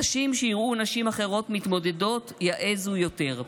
נשים שיראו נשים אחרות מתמודדות, יעזו יותר.